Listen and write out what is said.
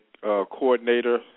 coordinator